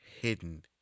hidden